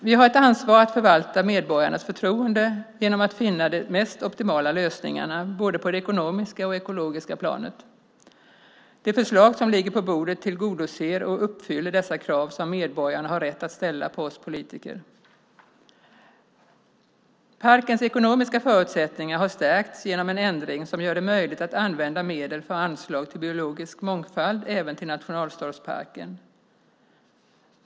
Vi har ett ansvar att förvalta medborgarnas förtroende genom att finna de mest optimala lösningarna både på det ekonomiska och på det ekologiska planet. Det förslag som ligger på bordet tillgodoser och uppfyller dessa krav som medborgarna har rätt att ställa på oss politiker. Parkens ekonomiska förutsättningar har stärkts genom en ändring som gör det möjligt att använda medel för anslag till biologisk mångfald även till nationalstadsparken.